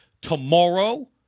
tomorrow